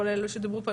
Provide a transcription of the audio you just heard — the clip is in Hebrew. כולל אלה שדיברו פה,